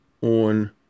on